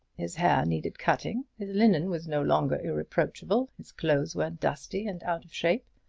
his hair needed cutting his linen was no longer irreproachable his clothes were dusty and out of shape.